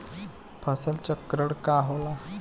फसल चक्रण का होला?